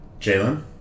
Jalen